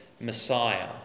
Messiah